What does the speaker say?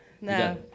no